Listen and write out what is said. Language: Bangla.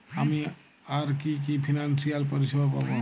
আমি আর কি কি ফিনান্সসিয়াল পরিষেবা পাব?